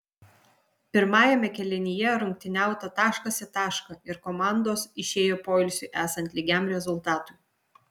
pirmajame kėlinyje rungtyniauta taškas į tašką ir komandos išėjo poilsiui esant lygiam rezultatui